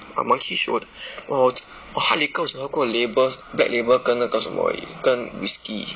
but monkey shoulder 我 hard liquor 我想要过 label black label 跟 whiskey